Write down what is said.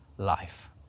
life